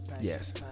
Yes